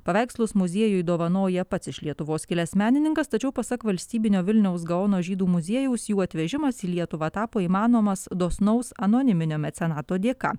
paveikslus muziejui dovanoja pats iš lietuvos kilęs menininkas tačiau pasak valstybinio vilniaus gaono žydų muziejaus jų atvežimas į lietuvą tapo įmanomas dosnaus anoniminio mecenato dėka